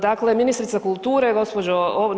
Dakle, ministrice kulture, gđo.